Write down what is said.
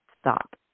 stop